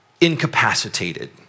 incapacitated